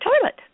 toilet